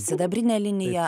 sidabrinė linija